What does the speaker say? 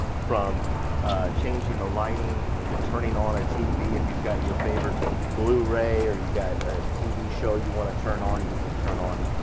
from changing the lighting, to turning on a tv if you've got your favorite blue ray, or you got a tv show you wanna to turn on, you can turn on,